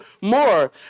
more